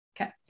okay